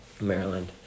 Maryland